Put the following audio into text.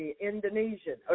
Indonesian